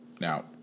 Now